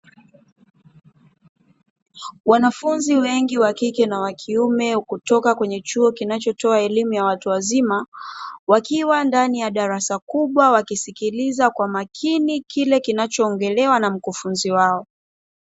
Wanafunzi wengi wakike na wakike kutoka chuo kinachotoa elimu ya watu wazima wakiwa ndani ya darasa kubwa wakisikiliza kwa makini kile kinachozungumzwa na mkufunzi wao.